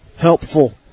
helpful